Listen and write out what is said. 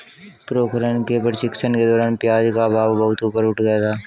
पोखरण के प्रशिक्षण के दौरान प्याज का भाव बहुत ऊपर उठ गया था